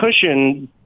cushion